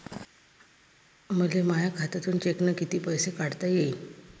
मले माया खात्यातून चेकनं कितीक पैसे काढता येईन?